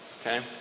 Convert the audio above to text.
okay